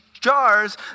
jars